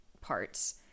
parts